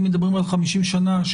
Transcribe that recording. אם מדברים על 50 שנה,